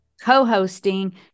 co-hosting